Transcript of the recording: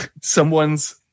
someone's